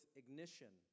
ignition